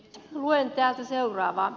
luen täältä seuraavaa